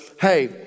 hey